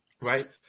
right